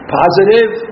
positive